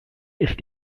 ist